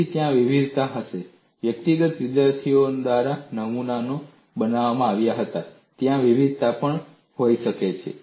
તેથી ત્યાં વિવિધતા હશે અને વ્યક્તિગત વિદ્યાર્થીઓ દ્વારા નમૂનાઓ બનાવવામાં આવ્યા હતા ત્યાં વિવિધતા પણ હોઈ શકે છે